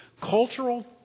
cultural